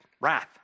wrath